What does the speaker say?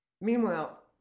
Meanwhile